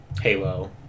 Halo